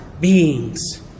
beings